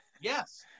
Yes